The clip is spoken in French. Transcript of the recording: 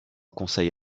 conseil